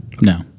no